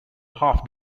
half